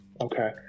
Okay